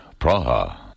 Praha